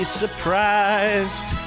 surprised